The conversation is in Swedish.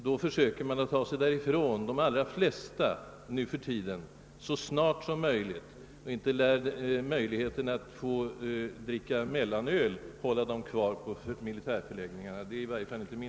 De flesta söker ta sig därifrån så snart som möjligt, och det är i varje fall inte min uppfattning att en möjlighet att dricka mellanöl skulle hålla dem kvar i militärförläggningen.